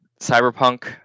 Cyberpunk